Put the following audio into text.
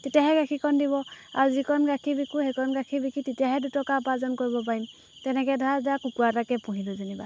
তেতিয়াহে গাখীৰকণ দিব আৰু যিকণ গাখীৰ বিকো সেইকণ গাখীৰ বিকি তেতিয়াহে দুটকা উপাৰ্জন কৰিব পাৰিম তেনেকৈ ধৰা এতিয়া কুকুৰা এটাকে পুহিলোঁ যেনিবা